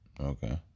Okay